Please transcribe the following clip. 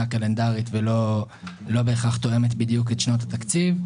קלנדרית ולא בהכרח תואמת בדיוק את שנות התקציב,